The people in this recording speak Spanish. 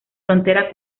frontera